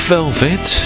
Velvet